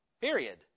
period